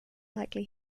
likely